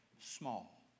small